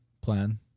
plan